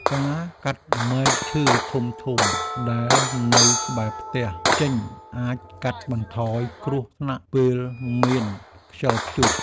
ការកាត់មែកឈើធំៗដែលនៅក្បែរផ្ទះចេញ អាចកាត់បន្ថយគ្រោះថ្នាក់ពេលមានខ្យល់ព្យុះ។